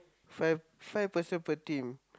five five person per team